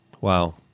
wow